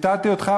ציטטתי אותך,